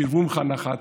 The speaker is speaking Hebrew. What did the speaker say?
שירוו ממך נחת.